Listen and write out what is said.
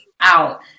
out